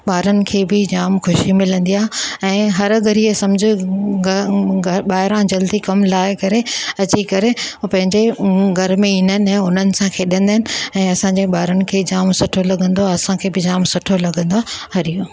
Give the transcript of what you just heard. ॿारनि खे बि जाम ख़ुशी मिलंदी आहे ऐं हर घड़ीअ सम्झ ॿाहिरां जल्दी कमु लाहे करे अची करे पंहिंजे घर में ईंदा आहिनि ऐं हुननि सां खेॾंदा आहिनि ऐं असांजे ॿारनि खे जाम सुठो लॻंदो आहे असांखे बि जाम सुठो लॻंदो आहे हरिओम